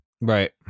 right